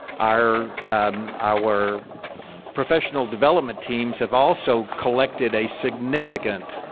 our our professional development teams have also collected a significant